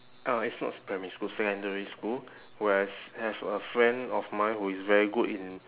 uh it's not primary school secondary school where is have a friend of mine who is very good in